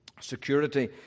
security